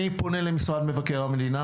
אני פונה למשרד מבקר המדינה,